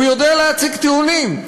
הוא יודע להציג טיעונים.